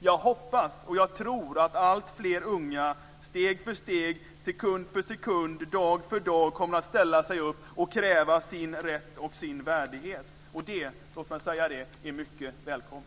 Jag hoppas och tror att alltfler unga steg för steg, sekund för sekund och dag för dag kommer att ställa sig upp och kräva sin rätt och sin värdighet. Och låt mig säga att det är mycket välkommet.